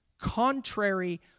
contrary